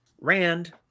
Rand